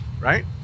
right